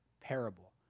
parable